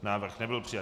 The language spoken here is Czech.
Návrh nebyl přijat.